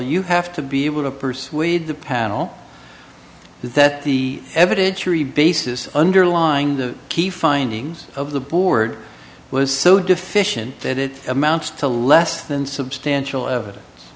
you have to be able to persuade the panel that the evidence surely basis underlying the key findings of the board was so deficient that it amounts to less than substantial evidence